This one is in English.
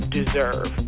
deserve